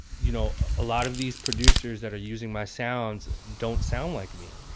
you know, a lot of these producers that are using my sounds don't sound like me.